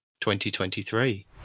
2023